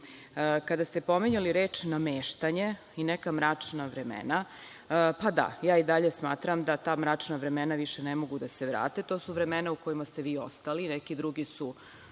ste pominjali reč „nameštanje“ i neka mračna vremena, pa da, ja i dalje smatram da ta mračna vremena više ne mogu da se vrate. To su vremena u kojima ste vi ostali. Neki drugi su